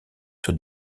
sur